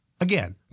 again